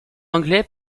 anglais